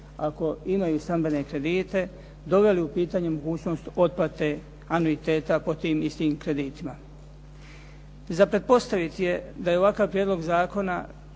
ako imaju stambene kredite doveli u pitanje mogućnost otplate anuiteta pod tim istim kreditima. Za pretpostaviti je da je ovakav prijedlog zakona